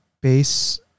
base